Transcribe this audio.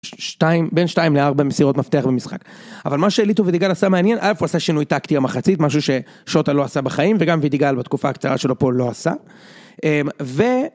שתיים בין שתיים לארבע מסירות מפתח במשחק אבל מה שליטו ודיגל עשה מעניין איפה הוא עשה שינוי טקטי במחצית משהו ששוטה לא עשה בחיים וגם וידיגל בתקופה הקצרה שלו פה לא עשה.